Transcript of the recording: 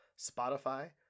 Spotify